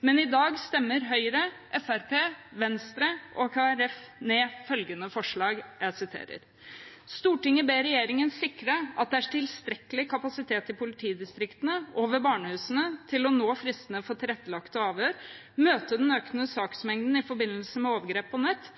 men i dag stemmer Høyre, Fremskrittspartiet, Venstre og Kristelig Folkeparti ned følgende forslag: «Stortinget ber regjeringen sikre at det er tilstrekkelig kapasitet i politidistriktene og ved barnehusene til å nå fristene for tilrettelagte avhør, møte den økende saksmengden i forbindelse med overgrep på nett,